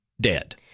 dead